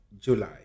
July